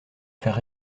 faire